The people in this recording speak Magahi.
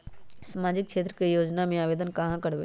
सामाजिक क्षेत्र के योजना में आवेदन कहाँ करवे?